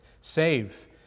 save